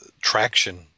traction